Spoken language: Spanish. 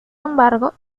embargo